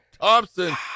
Thompson